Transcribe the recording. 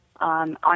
on